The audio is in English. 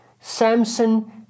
samson